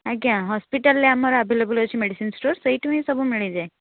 ଆଜ୍ଞା ହସ୍ପିଟାଲରେ ଆମର ଆଭଲେବଲ୍ ଅଛି ମେଡ଼ିସିନ ଷ୍ଟୋର ସେଇଠୁ ହିଁ ସବୁ ମିଳିଯାଏ